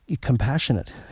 compassionate